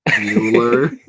Mueller